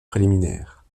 préliminaire